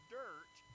dirt